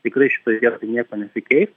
tikrai šitoj vietoj nieko nesikeis